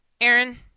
Aaron